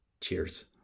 Cheers